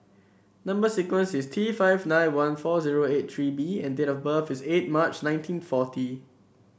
number sequence is T five nine one four zero eight three B and date of birth is eight March nineteen forty